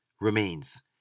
remains